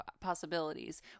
possibilities